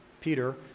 Peter